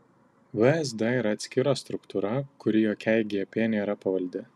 vsd yra atskira struktūra kuri jokiai gp nėra pavaldi